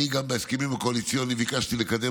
גם בהסכמים הקואליציוניים ביקשתי לקדם